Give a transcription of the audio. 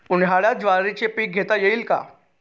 उन्हाळ्यात ज्वारीचे पीक घेता येईल का?